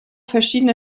verschiedene